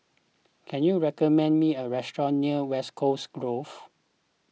can you recommend me a restaurant near West Coast Grove